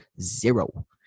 Zero